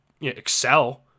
excel